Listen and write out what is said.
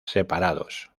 separados